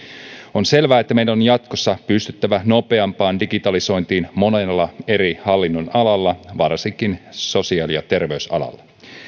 on selvää että meidän on jatkossa pystyttävä nopeampaan digitalisointiin monella eri hallinnonalalla varsinkin sosiaali ja terveysalalla